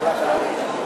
נתקבלה.